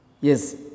Yes